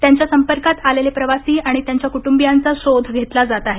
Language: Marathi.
त्यांच्या संपर्कात आलेले प्रवासी आणि त्यांच्या कुटुंबीयांचा शोध घेतला जात आहे